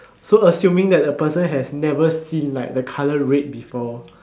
so assuming that a person has never seen like the colour red before